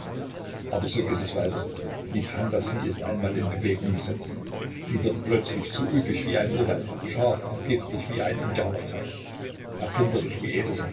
aber so geht es weiter die phantasie ist einmal in bewegung gesetzt sie wird plötzlich so üppig wie ein urwald scharf und giftig wie ein indianerpfeil erfinderisch wie